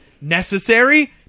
Necessary